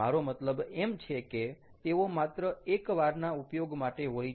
મારો મતલબ એમ છે કે તેઓ માત્ર એકવારના ઉપયોગ માટે હોય છે